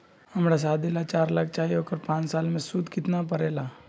हमरा शादी ला चार लाख चाहि उकर पाँच साल मे सूद कितना परेला?